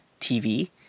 TV